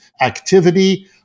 activity